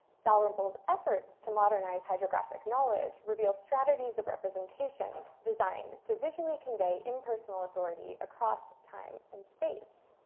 dalrymple's efforts to modernize hydrographic knowledge reveal strategies of representation designed to visually convey impersonal authority across time and space.